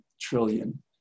trillion